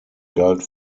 galt